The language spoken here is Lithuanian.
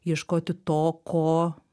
ieškoti to ko